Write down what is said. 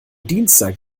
dienstag